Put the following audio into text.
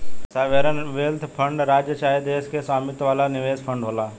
sovereign wealth fund राज्य चाहे देश के स्वामित्व वाला निवेश फंड होला